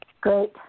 Great